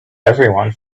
everyone